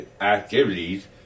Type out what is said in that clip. activities